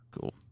Cool